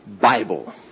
Bible